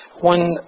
One